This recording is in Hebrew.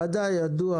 וודאי ידוע,